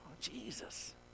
Jesus